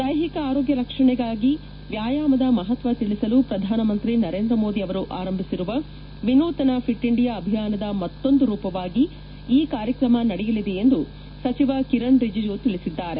ದೈಹಿಕ ಆರೋಗ್ಯ ರಕ್ಷಣೆಗಾಗಿ ವ್ಯಾಯಾಮದ ಮಹತ್ವ ತಿಳಿಸಲು ಪ್ರಧಾನಮಂತ್ರಿ ನರೇಂದ್ರ ಮೋದಿ ಅವರು ಆರಂಭಿಸಿರುವ ವಿನೂತನ ಫಿಟ್ ಇಂಡಿಯಾ ಅಭಿಯಾನದ ಮತ್ತೊಂದು ರೂಪವಾಗಿ ಈ ಕಾರ್ಯಕ್ರಮ ನಡೆಯಲಿದೆ ಎಂದು ಸಚಿವ ಕಿರಣ್ ರಿಜಿಜು ತಿಳಿಸಿದ್ದಾರೆ